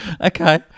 okay